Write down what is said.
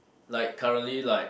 like currently like